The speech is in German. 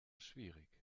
schwierig